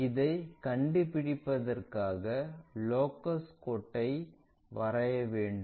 இதைக் கண்டுபிடிப்பதற்காக லோகஸ் கோட்டை வரைய வேண்டும்